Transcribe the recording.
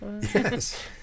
yes